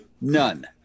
None